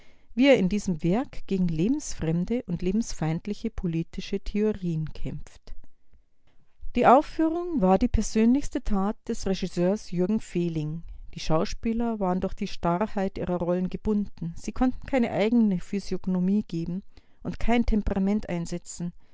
wie er in diesem werk gegen lebensfremde und lebensfeindliche politische theorien kämpft die aufführung war die persönlichste tat des regisseurs jürgen fehling die schauspieler waren durch die starrheit ihrer rollen gebunden sie konnten keine eigene physiognomie geben und kein temperament einsetzen